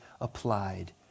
applied